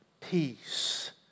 peace